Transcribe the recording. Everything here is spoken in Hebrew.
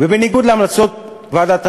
ובניגוד להמלצות ועדת טרכטנברג,